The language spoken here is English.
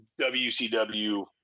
WCW